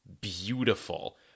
beautiful